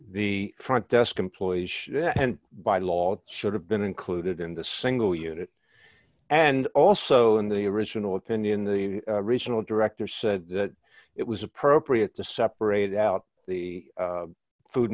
the front desk employees and by law should have been included in the single unit and also in the original opinion the result director said that it was appropriate to separate out the food